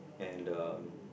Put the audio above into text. and um